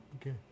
Okay